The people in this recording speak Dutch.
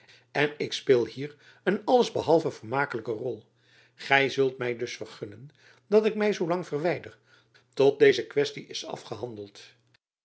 en ik speel hier een alles behalve vermakelijke rol gy zult my dus vergunnen dat ik my zoo lang verwijder tot deze questie is afgehandeld